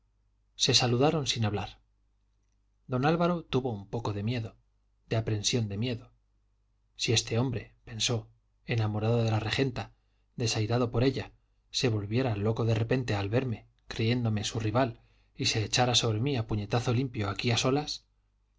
se saludaron sin hablar don álvaro tuvo un poco de miedo de aprensión de miedo si este hombre pensó enamorado de la regenta desairado por ella se volviera loco de repente al verme creyéndome su rival y se echara sobre mí a puñetazo limpio aquí a solas